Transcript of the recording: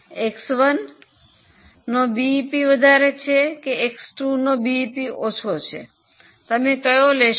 x 1 નો BEP વધારે છે એક્સ 2 ની બીઇપી ઓછી છે તમે કયું લેશો